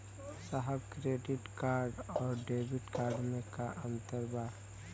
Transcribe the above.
साहब debit card और credit card में का अंतर बा?